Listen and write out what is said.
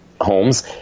homes